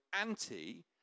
anti